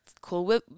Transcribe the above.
cool